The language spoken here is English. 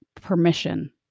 permission